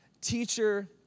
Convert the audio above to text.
teacher